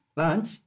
lunch